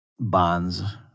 Bonds